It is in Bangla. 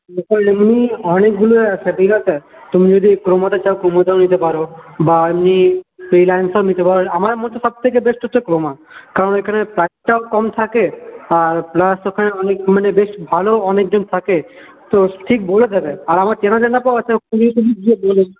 ওটা এমনি অনেকগুলোই আছে ঠিক আছে তুমি যদি ক্রোমাতে চাও ক্রোমাতেও নিতে পারো বা এমনি রিলায়েন্সেও নিতে পারো আমার মতে সবথেকে বেস্ট হচ্ছে ক্রোমা কারণ এখানে প্রাইসটাও কম থাকে আর প্লাস ওখানে অনেক মানে বেশ ভালো অনেকজন থাকে তো ঠিক বলে দেবে আর আমার চেনা জানা তো আছে তুমি শুধু গিয়ে বলবে